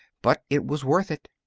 but it was worth it.